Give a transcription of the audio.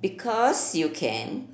because you can